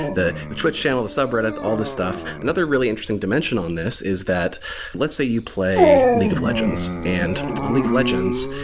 the the twitch channel, the subreddit, all these stuff. another really interesting dimension on this is that let's say you play league of legends, and on league of legends,